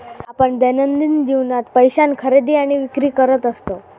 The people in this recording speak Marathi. आपण दैनंदिन जीवनात पैशान खरेदी विक्री करत असतव